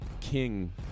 King